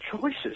choices